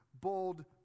bold